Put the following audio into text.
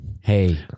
Hey